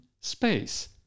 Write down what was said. space